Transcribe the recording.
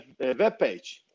webpage